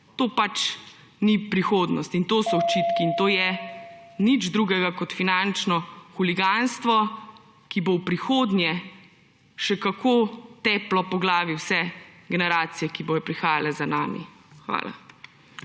To ni prihodnost in to so očitki in to je nič drugega kot finančno huliganstvo, ki bo v prihodnje še kako teplo po glavi vse generacije, ki bodo prihajale za nami. Hvala.